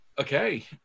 Okay